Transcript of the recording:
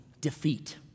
defeat